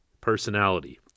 personality